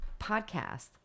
podcast